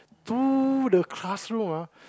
to the classroom ah